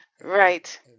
Right